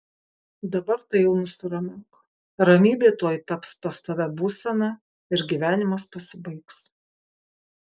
dabar tai jau nusiramink ramybė tuoj taps pastovia būsena ir gyvenimas pasibaigs